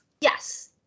Yes